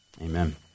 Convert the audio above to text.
Amen